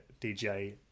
DJ